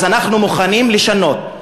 אז אנחנו מוכנים לשנות.